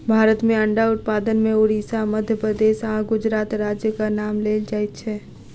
भारत मे अंडा उत्पादन मे उड़िसा, मध्य प्रदेश आ गुजरात राज्यक नाम लेल जाइत छै